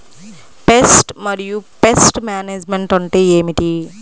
Pest మరియు pest management అంటే ఏమిటి?